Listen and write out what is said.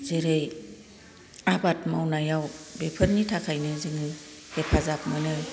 जेरै आबाद मावनायाव बेफोरनि थाखायनो जोङो हेफाजाब मोनो